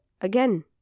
Again